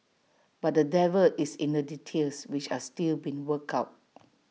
but the devil is in the details which are still being worked out